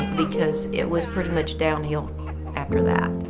because it was pretty much downhill after that.